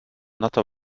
natte